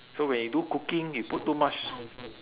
so when you do cooking you put too much